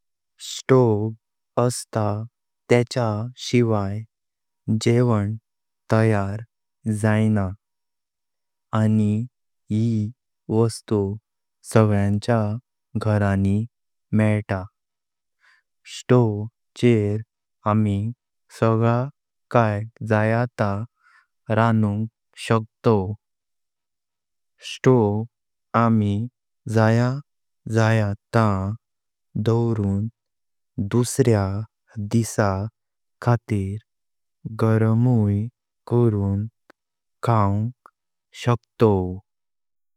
स्टोव असता त्येच्या शिवाय जेवण तयार जायना । आनी यी वस्तु सगळ्यांच्या घरा नी मेईता । स्टोव चेर आमी सगळा काये जया ता रांवुंग शकतोव । स्टोव आमी जया जया ता दौवरून दुसऱ्या दिसा खातीर गरमय करून खाऊंग शकतोव ।